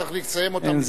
צריך לסיים אותן לפני כן?